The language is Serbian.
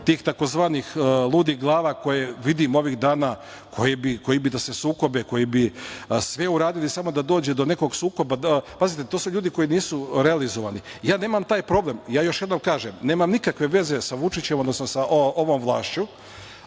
tih tzv. ludih glava koje bi, vidim ovih dana, da se sukobe, koje bi sve uradile samo da dođe do nekog sukoba. Pazite, to su ljudi koji nisu realizovani. Ja nemam taj problem. Još jednom kažem, nemam nikakve veze sa Vučićem a da sam sa ovom vlašću,